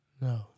No